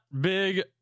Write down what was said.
big